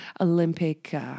Olympic